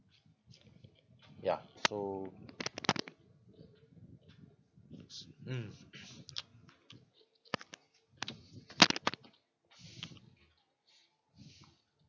ya so mm